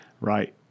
right